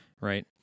Right